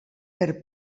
per